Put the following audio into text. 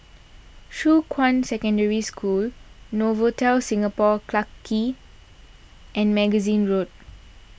Shuqun Secondary School Novotel Singapore Clarke Quay and Magazine Road